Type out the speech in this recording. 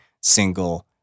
single